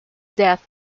death